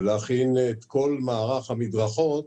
ולהכין את כל מערך המדרכות